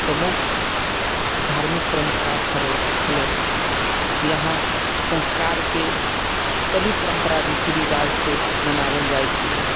प्रमुख धार्मिक परम्परा छरै छलै यहाँ संस्कारके सभी परम्परा रीति रिवाजसँ मनावल जाइत छथिन